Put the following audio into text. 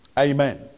Amen